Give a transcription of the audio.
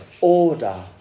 order